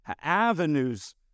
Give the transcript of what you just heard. avenues